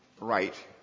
right